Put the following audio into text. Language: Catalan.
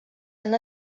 han